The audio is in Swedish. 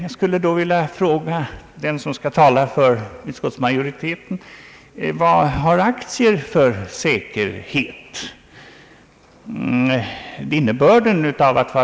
Jag skulle då vilja fråga den som skall föra utskottsmajoritetens talan: Vad har man för säkerhet när det gäller aktier?